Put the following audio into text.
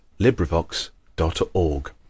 LibriVox.org